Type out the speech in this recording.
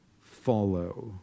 follow